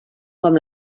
com